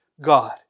God